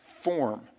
form